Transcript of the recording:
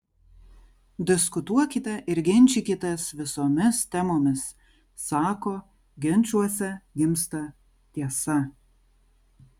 diskutuokite ir ginčykitės visomis temomis sako ginčuose gimsta tiesa